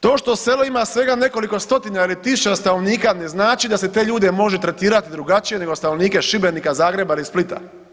To što selo ima svega nekoliko stotina ili tisuća stanovnika ne znači da se te ljude može tretirati drugačije nego stanovnike Šibenika, Zagreba ili Splita.